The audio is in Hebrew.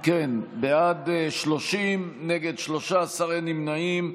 אם כן, בעד, 30, נגד, 13, אין נמנעים.